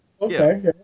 Okay